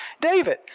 David